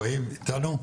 והיב איתנו?